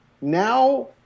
Now